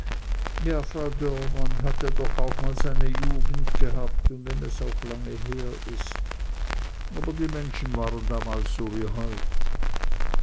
ja frau dörr man hat ja doch auch mal seine jugend gehabt un wenn es auch lange her is aber die menschen waren damals so wie heut